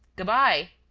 good-bye.